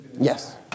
Yes